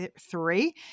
three